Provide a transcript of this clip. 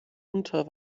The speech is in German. unter